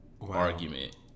argument